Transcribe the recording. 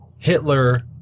Hitler